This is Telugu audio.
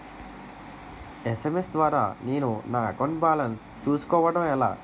ఎస్.ఎం.ఎస్ ద్వారా నేను నా అకౌంట్ బాలన్స్ చూసుకోవడం ఎలా?